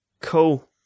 Cool